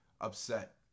upset